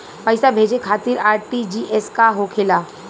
पैसा भेजे खातिर आर.टी.जी.एस का होखेला?